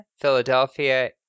Philadelphia